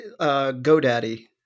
GoDaddy